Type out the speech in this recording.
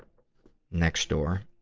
next door.